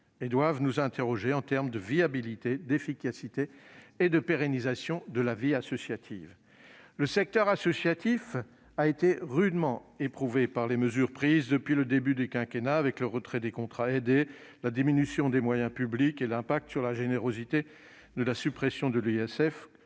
et doivent nous interroger en termes de viabilité, d'efficacité et de pérennisation de la vie associative. Le secteur associatif a été rudement éprouvé par les mesures prises depuis le début du quinquennat avec le retrait des contrats aidés, la diminution des moyens publics, l'impact sur la générosité de la suppression de l'ISF